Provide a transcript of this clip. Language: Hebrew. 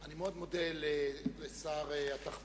אני מאוד מודה לשר התחבורה.